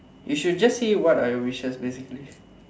you should just say what are your wishes basically